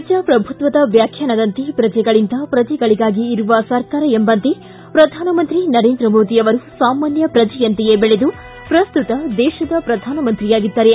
ಪ್ರಜಾಪ್ರಭುತ್ವದ ವ್ಯಾಖ್ಯಾನದಂತೆ ಪ್ರಜೆಗಳಿಂದ ಪ್ರಜೆಗಳಗಾಗಿ ಇರುವ ಸರ್ಕಾರ ಎಂಬಂತೆ ಪ್ರಧಾನಮಂತ್ರಿ ನರೇಂದ್ರ ಮೋದಿ ಅವರು ಸಾಮಾನ್ಯ ಪ್ರಜೆಯಂತೆಯೇ ಬೆಳೆದು ಪ್ರಸ್ತುತ ದೇಶದ ಪ್ರಧಾನ ಮಂತ್ರಿಯಾಗಿದ್ದಾರೆ